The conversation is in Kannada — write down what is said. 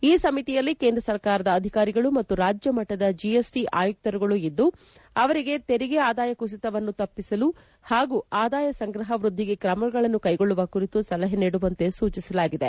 ಈ ಸಮಿತಿಯಲ್ಲಿ ಕೇಂದ್ರ ಸರ್ಕಾರದ ಅಧಿಕಾರಿಗಳು ಮತ್ತು ರಾಜ್ಯ ಮಟ್ಟದ ಜಿಎಸ್ಟಿ ಆಯುಕ್ತರುಗಳು ಇದ್ದು ಅವರಿಗೆ ತೆರಿಗೆ ಆದಾಯ ಕುಸಿತವನ್ನು ತಪ್ಪಿಸಲು ಹಾಗೂ ಆದಾಯ ಸಂಗ್ರಹ ವ್ಯದ್ಧಿಗೆ ಕ್ರಮಗಳನ್ನು ಕೈಗೊಳ್ಳುವ ಕುರಿತು ಸಲಹೆ ನೀಡುವಂತೆ ಸೂಚಿಸಲಾಗಿದೆ